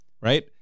right